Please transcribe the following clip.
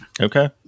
Okay